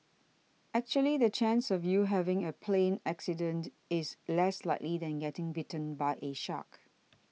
actually the chance of you having a plane accident is less likely than getting bitten by a shark